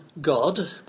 God